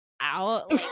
out